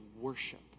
worship